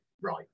right